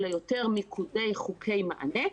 אלא יותר מיקודי חוקי מענה,